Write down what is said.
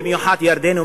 במיוחד ירדן,